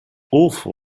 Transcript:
awful